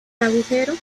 agujero